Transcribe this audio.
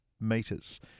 meters